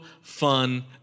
fun